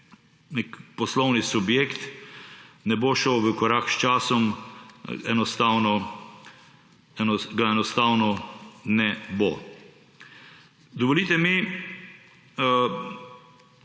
nek poslovni subjekt ne bo šel v korak s časom, ga enostavno ne bo. Dovolite mi,